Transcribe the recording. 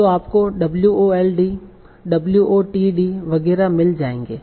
तो आपको wold wotd वगैरह मिल जाएंगे